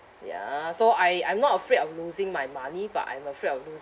ya so I I'm not afraid of losing my money but I'm afraid of losing